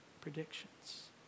predictions